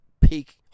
peak